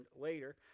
later